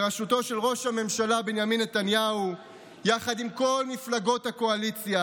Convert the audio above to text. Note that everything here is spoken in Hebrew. בראשותו של ראש הממשלה בנימין נתניהו יחד עם כל מפלגות הקואליציה,